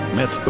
met